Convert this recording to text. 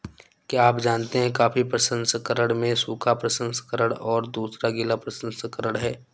क्या आप जानते है कॉफ़ी प्रसंस्करण में सूखा प्रसंस्करण और दूसरा गीला प्रसंस्करण है?